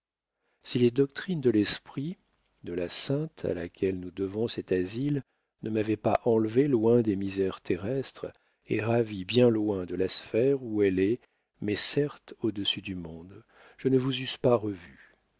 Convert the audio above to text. si les doctrines si l'esprit de la sainte à laquelle nous devons cet asile ne m'avaient pas enlevée loin des misères terrestres et ravie bien loin de la sphère où elle est mais certes au-dessus du monde je ne vous eusse pas revu